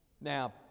Now